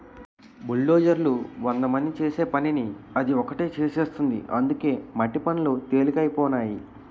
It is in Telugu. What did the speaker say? బుల్డోజర్లు వందమంది చేసే పనిని అది ఒకటే చేసేస్తుంది అందుకే మట్టి పనులు తెలికైపోనాయి